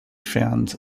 found